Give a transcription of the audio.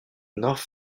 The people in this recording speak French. north